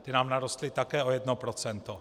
Ty nám narostly také o jedno procento.